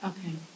Okay